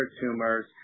tumors